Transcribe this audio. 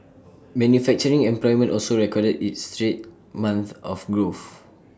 manufacturing employment also recorded its third straight month of growth